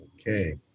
Okay